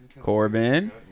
Corbin